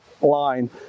line